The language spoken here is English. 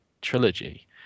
trilogy